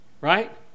right